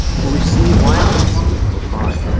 who received violence were fine.